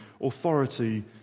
authority